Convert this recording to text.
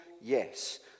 Yes